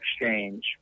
exchange